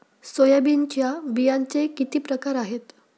सोयाबीनच्या बियांचे किती प्रकार आहेत?